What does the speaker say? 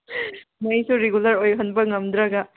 ꯃꯩꯁꯨ ꯔꯤꯒꯨꯂꯔ ꯑꯣꯏꯍꯟꯕ ꯉꯝꯗ꯭ꯔꯒ